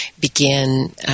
begin